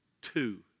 two